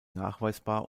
nachweisbar